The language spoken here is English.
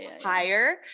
higher